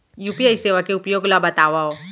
UPI सेवा के उपयोग ल बतावव?